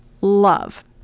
love